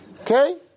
Okay